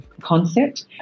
concept